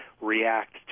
react